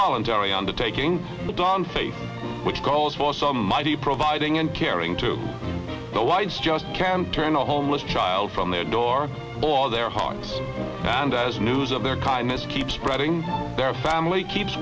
voluntary undertaking dante which calls for some mighty providing and caring to the winds just can't turn a homeless child from their door or their hearts and as news of their kindness keeps spreading their family keeps